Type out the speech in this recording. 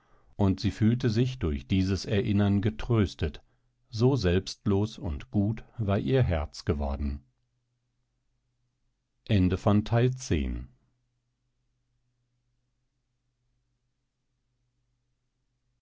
und sie fühlte sich durch dieses erinnern getröstet so selbstlos und gut war ihr herz geworden